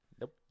Nope